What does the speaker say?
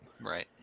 Right